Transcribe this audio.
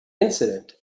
incident